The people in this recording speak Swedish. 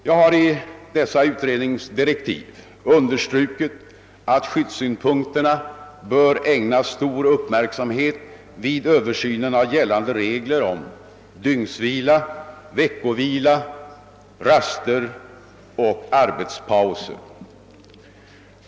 Jag har i dessa utredningsdirektiv understrukit = att skyddssynpunkterna bör ägnas stor uppmärksamhet vid översynen av gällande regler om dygnsvila, veckovila, raster och arbetspauser.